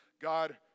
God